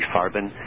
Farben